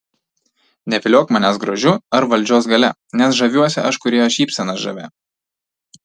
neviliok manęs grožiu ar valdžios galia nes žaviuosi aš kūrėjo šypsena žavia